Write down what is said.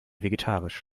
vegetarisch